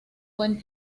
buen